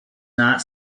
not